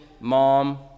mom